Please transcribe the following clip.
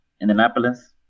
Indianapolis